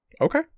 Okay